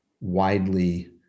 widely